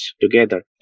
together